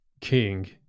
king